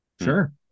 Sure